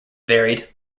varied